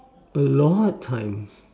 a lot time